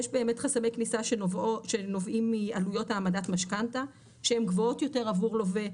יש חסמי כניסה שנובעים מעלויות העמדת משכנתא שהן גבוהות יותר עבור לווה,